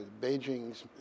Beijing's